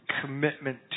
commitment